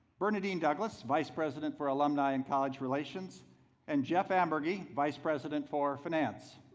bernadine douglas vice president for alumni in college relations and jeff amburgey vice president for finance.